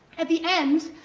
at the end,